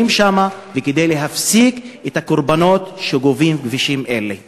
שם וכדי שלא יהיו הקורבנות שכבישים אלה גובים.